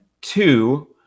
two